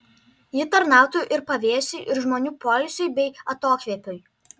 ji tarnautų ir pavėsiui ir žmonių poilsiui bei atokvėpiui